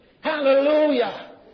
Hallelujah